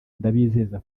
ndabizeza